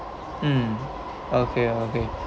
mm okay okay